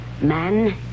Man